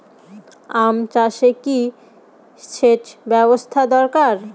আম চাষে কি সেচ ব্যবস্থা দরকার?